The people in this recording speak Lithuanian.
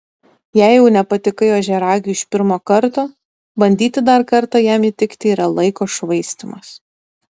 jei jau nepatikai ožiaragiui iš pirmo karto bandyti dar kartą jam įtikti yra laiko švaistymas